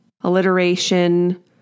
alliteration